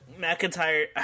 McIntyre